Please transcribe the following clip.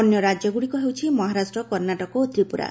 ଅନ୍ୟ ରାକ୍ୟଗୁଡ଼ିକ ହେଉଛି ମହାରାଷ୍ଟ କର୍ଷ୍ଣାଟକ ଓ ତ୍ରିପୁରା